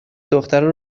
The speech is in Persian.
دخترا